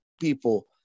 people